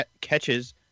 catches